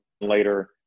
later